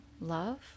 love